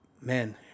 man